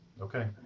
Okay